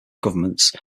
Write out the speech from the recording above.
governments